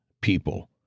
people